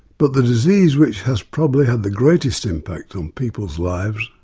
but the disease which has probably had the greatest impact on people's lives,